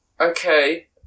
okay